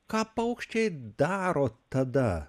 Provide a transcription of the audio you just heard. ką paukščiai daro tada